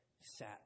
sat